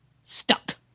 stuck